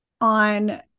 on